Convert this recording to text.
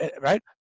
right